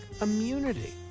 immunity